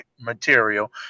material